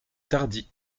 tardy